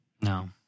no